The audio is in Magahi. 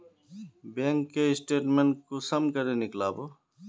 बैंक के स्टेटमेंट कुंसम नीकलावो?